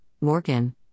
Morgan